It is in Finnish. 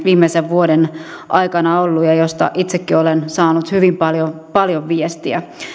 viimeisen vuoden aikana ollut ja joista itsekin olen saanut hyvin paljon paljon viestiä